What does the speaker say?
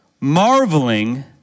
marveling